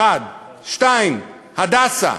2. "הדסה".